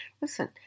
listen